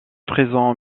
présent